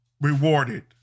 rewarded